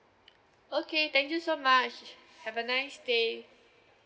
okay thank you so much have a nice day